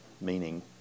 meaning